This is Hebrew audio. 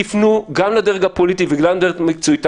תפנו גם לדרג הפוליטי וגם לדרג המקצועי.